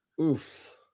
Oof